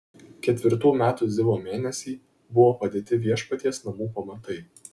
ketvirtų metų zivo mėnesį buvo padėti viešpaties namų pamatai